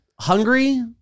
hungry